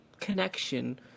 connection